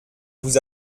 vous